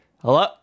Hello